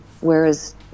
whereas